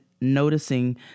noticing